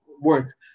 work